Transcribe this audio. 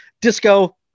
Disco